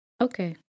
Okay